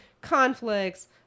conflicts